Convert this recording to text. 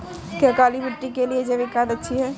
क्या काली मिट्टी के लिए जैविक खाद अच्छी है?